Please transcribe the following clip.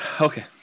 okay